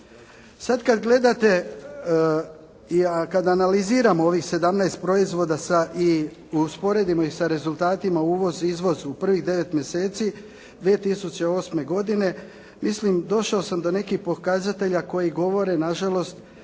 Sad kad gledate i kad analiziramo ovih 17 proizvoda i usporedimo sa rezultatima uvoz izvoz u prvih 9 mjeseci 2008. godine, mislim došao sam do nekih pokazatelja koji govore na žalost